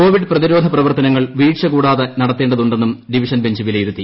Covid പ്രതിരോധ പ്രവർത്തനങ്ങൾ വീഴ്ച കൂടാതെ നടത്തേണ്ടതുണ്ടെന്നും ഡിവിഷൻ ബഞ്ച് വിലയിരുത്തി